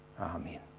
Amen